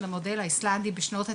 של המודל האיסלנדי בשנות התשעים,